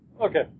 Okay